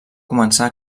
començar